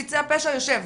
ביצע פשע, הוא יושב.